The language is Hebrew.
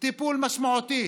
טיפול משמעותי